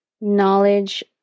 knowledge